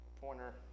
pointer